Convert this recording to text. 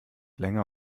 länger